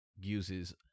uses